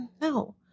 No